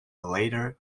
later